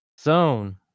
zone